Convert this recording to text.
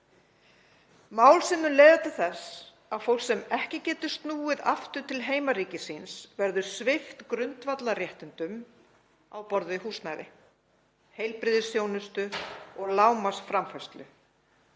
mál sem mun leiða til þess að fólk sem ekki getur snúið aftur til heimaríkis síns verður svipt grundvallarréttindum á borð við húsnæði, heilbrigðisþjónustu og lágmarksframfærslu.